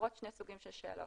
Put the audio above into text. הנסקרות שני סוגים של שאלות.